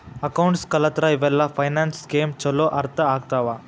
accounts ಕಲತ್ರ ಇವೆಲ್ಲ finance scheme ಚೊಲೋ ಅರ್ಥ ಆಗ್ತವಾ